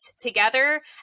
together